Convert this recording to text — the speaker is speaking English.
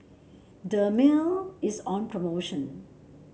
Dermale is on promotion